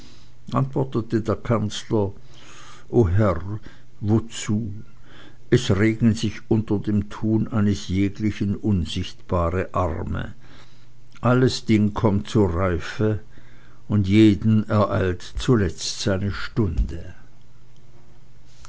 der kanzler o herr wozu es regen sich unter dem tun eines jeglichen unsichtbare arme alles ding kommt zur reife und jeden ereilt zuletzt seine stunde